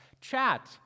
Chat